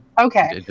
Okay